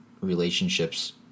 relationships